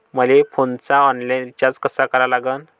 मले फोनचा online recharge कसा करा लागन?